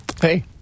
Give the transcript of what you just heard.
Hey